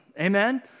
amen